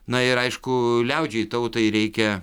na ir aišku liaudžiai tautai reikia